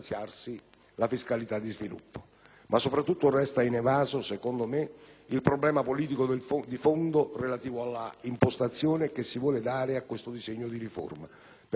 soprattutto inevaso il problema politico di fondo relativo all'impostazione che si vuole dare a questo disegno di riforma per far sì che sia ben accetto dagli italiani,